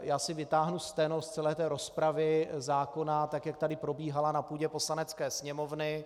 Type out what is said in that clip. Já si vytáhnu steno z celé rozpravy zákona, tak jak tady probíhala na půdě Poslanecké sněmovny.